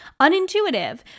unintuitive